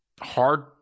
hard